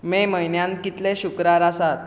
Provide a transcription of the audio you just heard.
मे म्हयन्यांत कितले शुक्रार आसात